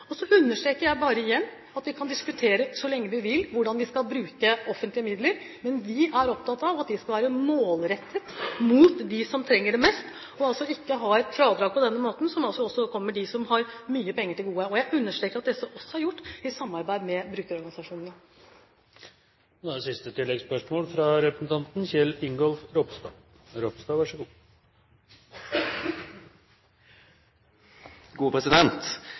Så understreker jeg bare igjen at vi kan diskutere så lenge vi vil hvordan vi skal bruke offentlige midler, men vi er opptatt av at de skal være målrettet mot dem som trenger det mest, og ikke ha et fradrag på denne måten, som altså også kommer dem som har mye penger, til gode. Jeg understreker at dette også er gjort i samarbeid med brukerorganisasjonene. Kjell Ingolf Ropstad – til oppfølgingsspørsmål. Det